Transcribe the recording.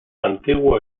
antiguo